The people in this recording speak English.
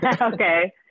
Okay